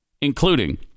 including